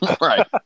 Right